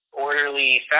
orderly